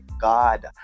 god